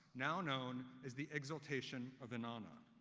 now known as the exaltation of inanna.